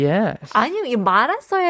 Yes